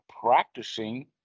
practicing